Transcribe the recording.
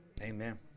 Amen